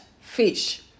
fish